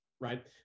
right